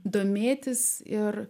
domėtis ir